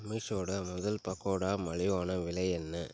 அமிஷோட முதல் பக்கோட மலிவான விலை என்ன